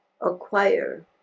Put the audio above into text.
acquire